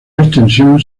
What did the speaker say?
extensión